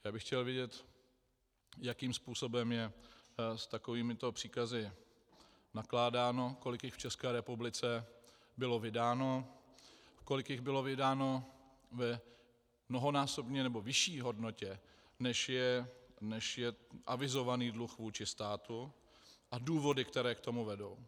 Já bych chtěl vědět, jakým způsobem je s takovýmito příkazy nakládáno, kolik jich v České republice bylo vydáno, kolik jich bylo vydáno v mnohonásobně nebo vyšší hodnotě, než je avizovaný dluh vůči státu a důvody, které k tomu vedou.